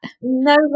No